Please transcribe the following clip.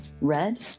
Red